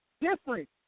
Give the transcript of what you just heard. different